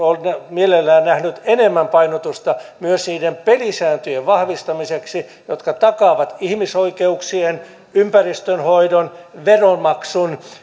mielellään nähnyt enemmän painotusta myös niiden pelisääntöjen vahvistamiseksi jotka takaavat ihmisoikeuksien ympäristönhoidon veronmaksun